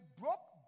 broke